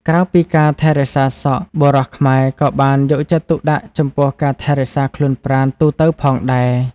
ក្រៅពីការថែរក្សាសក់ បុរសខ្មែរក៏បានយកចិត្តទុកដាក់ចំពោះការថែរក្សាខ្លួនប្រាណទូទៅផងដែរ។